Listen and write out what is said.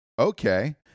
okay